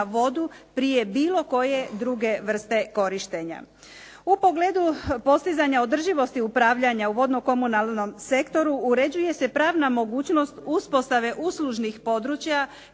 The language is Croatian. U pogledu postizanja održivosti upravljanja u vodno-komunalnom sektoru uređuje se pravna mogućnost uspostave uslužnih područja